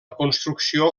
construcció